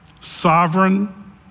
sovereign